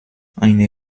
eine